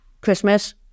Christmas